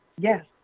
yes